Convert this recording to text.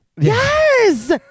yes